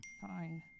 Fine